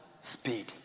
speed